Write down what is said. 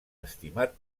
estimat